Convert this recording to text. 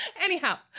Anyhow